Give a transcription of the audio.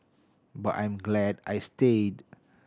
but I am glad I stayed